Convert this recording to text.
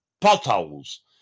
potholes